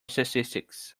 statistics